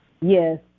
Yes